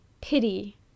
Pity